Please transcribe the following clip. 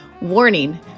Warning